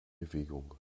bewegung